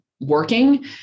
working